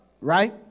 Right